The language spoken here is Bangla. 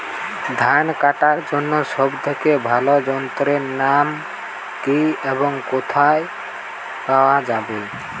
ধান কাটার জন্য সব থেকে ভালো যন্ত্রের নাম কি এবং কোথায় পাওয়া যাবে?